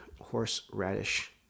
horseradish